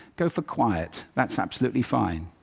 go for quiet, that's absolutely fine.